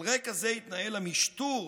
על רקע זה התנהל המשטור